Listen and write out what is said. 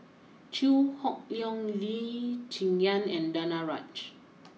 Chew Hock Leong Lee Cheng Yan and Danaraj